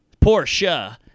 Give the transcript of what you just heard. porsche